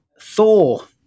Thor